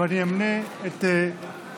אבל בממשלה רזה, לא בממשלה שמנה.